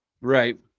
Right